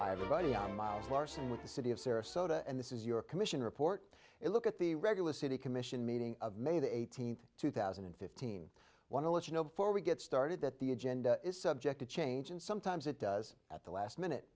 with the city of sarasota and this is your commission report it look at the regular city commission meeting of may the eighteenth two thousand and fifteen want to let you know before we get started that the agenda is subject to change and sometimes it does at the last minute